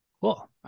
cool